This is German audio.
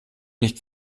nicht